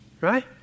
Right